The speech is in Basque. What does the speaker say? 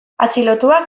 atxilotuak